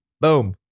Boom